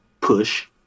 push